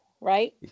right